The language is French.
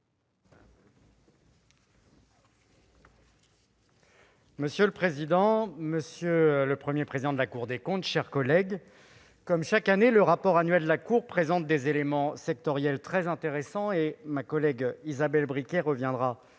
Monsieur le président, monsieur le Premier président de la Cour des comptes, mes chers collègues, comme chaque année, le rapport public annuel de la Cour présente des éléments sectoriels très intéressants. Ma collègue Isabelle Briquet reviendra au nom